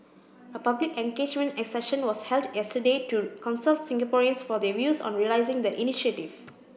a public engagement session was held yesterday to consult Singaporeans for their views on realising the initiative